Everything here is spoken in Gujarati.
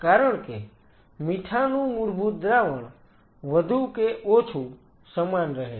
કારણ કે મીઠાનું મૂળભૂત દ્રાવણ વધુ કે ઓછું સમાન રહે છે